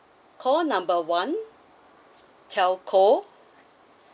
call number one telco